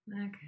Okay